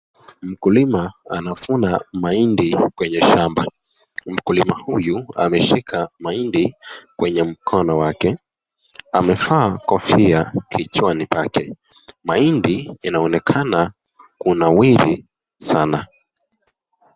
Mkulima anavuna mahindi kwenye shamba. Mkulima huyu ameshika mahindi kwenye mkono wake, amevaa kofia kichwani pake. Mahindi inaonekana kunawiri sana.